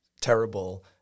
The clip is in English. terrible